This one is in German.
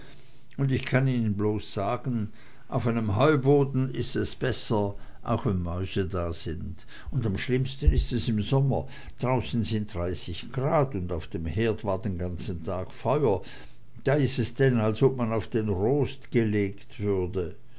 und ich kann ihnen bloß sagen auf einem heuboden is es besser auch wenn mäuse da sind und am schlimmsten is es im sommer draußen sind dreißig grad und auf dem herd war den ganzen tag feuer da is es denn als ob man auf den rost gelegt würde